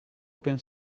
open